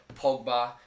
Pogba